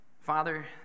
Father